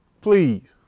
Please